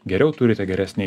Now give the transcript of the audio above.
geriau turite geresnį